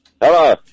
Hello